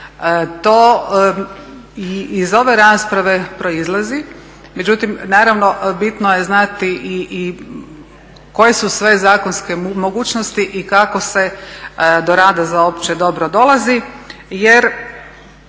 To iz ove rasprave proizlazi, međutim naravno bitno je znati i koje su sve zakonske mogućnosti i kako se do rada za opće dobro dolazi jer